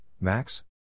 Max